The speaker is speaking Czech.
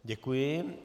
Děkuji.